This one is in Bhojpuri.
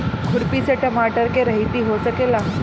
खुरपी से टमाटर के रहेती हो सकेला?